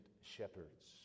shepherds